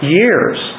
years